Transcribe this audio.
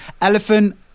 Elephant